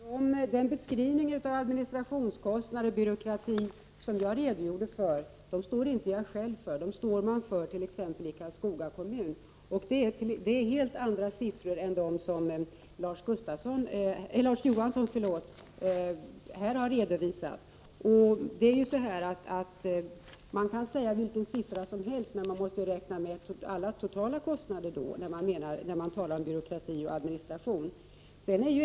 Fru talman! Den beskrivning av administrationskostnader och byråkrati som jag redogjorde för står inte jag själv för, utan den står t.ex. Karlskoga kommun för. Det är helt andra siffror än de som Larz Johansson här har redovisat. Man kan använda vilka siffror som helst, men man måste ju räkna med de totala kostnaderna när man talar om byråkrati och administration.